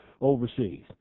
overseas